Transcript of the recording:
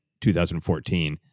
2014